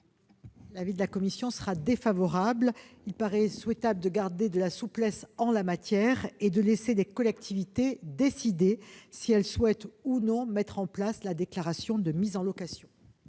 ? La commission émet un avis défavorable. Il paraît souhaitable de garder de la souplesse en la matière et de laisser les collectivités décider si elles souhaitent ou non mettre en place la déclaration de mise en location.